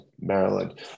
Maryland